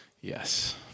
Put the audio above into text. Yes